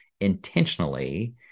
intentionally